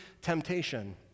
temptation